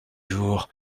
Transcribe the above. jour